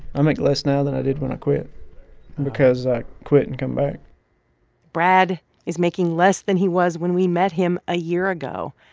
i make less now than i did when i quit because i quit and came back brad is making less than he was when we met him a year ago,